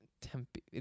Tempe